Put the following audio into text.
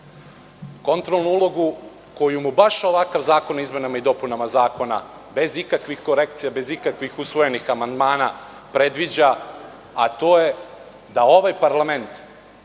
kontrolnu ulogu, koju mu baš ovakav zakon o izmenama i dopunama zakona, bez ikakvih korekcija, bez ikakvih usvojenih amandmana, predviđa, a to je da ovaj parlament